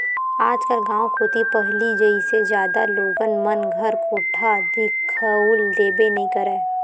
आजकल गाँव कोती पहिली जइसे जादा लोगन मन घर कोठा दिखउल देबे नइ करय